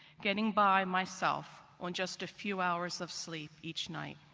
getting by myself on just a few hours of sleep each night,